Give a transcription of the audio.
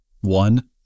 one